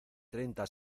treinta